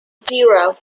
zero